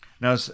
Now